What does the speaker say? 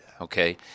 Okay